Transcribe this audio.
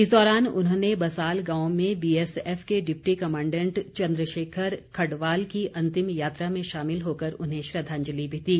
इस दौरान उन्होंने बसाल गांव में बीएसएफ के डिप्टी कमांडैंट चंद्रशेखर खडवाल की अंतिम यात्रा में शामिल होकर उन्हें श्रद्वांजलि भी दी